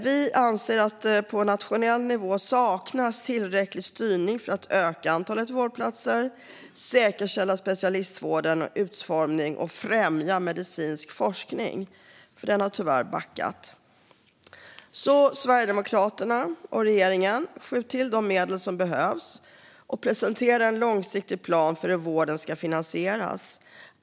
Vi anser att det på nationell nivå saknas tillräcklig styrning för att öka antalet vårdplatser, säkerställa specialistvårdens utformning och främja medicinsk forskning, som tyvärr har backat. Så, SD och regeringen: Skjut till de medel som behövs, och presentera en långsiktig plan för hur vården ska finansieras!